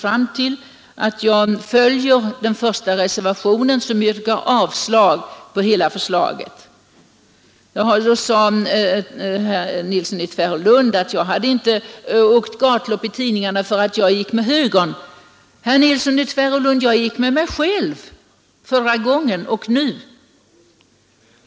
Herr Nilsson i Tvärålund tyckte inte att det var rätt att jag inte som herr Hansson i Skegrie hade fått åka gatlopp i tidningarna för att jag gick med högern. Herr Nilsson i Tvärålund, jag gick med mig själv förra gången liksom nu!